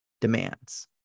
demands